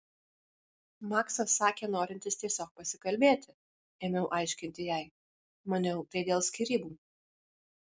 maksas sakė norintis tiesiog pasikalbėti ėmiau aiškinti jai maniau tai dėl skyrybų